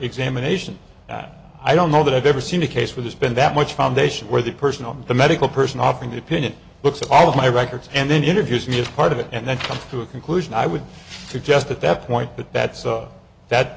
examination i don't know that i've ever seen a case with this been that much foundation where the person on the medical person offering to pin it looks at all of my records and then interviews me as part of it and then come to a conclusion i would suggest at that point but that's that